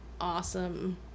awesome